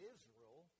Israel